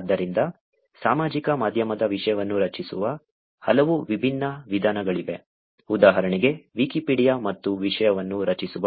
ಆದ್ದರಿಂದ ಸಾಮಾಜಿಕ ಮಾಧ್ಯಮದ ವಿಷಯವನ್ನು ರಚಿಸುವ ಹಲವು ವಿಭಿನ್ನ ವಿಧಾನಗಳಿವೆ ಉದಾಹರಣೆಗೆ ವಿಕಿಪೀಡಿಯಾ ಮತ್ತು ವಿಷಯವನ್ನು ರಚಿಸುವ